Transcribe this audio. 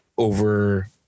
over